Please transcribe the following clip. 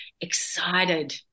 excited